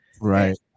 Right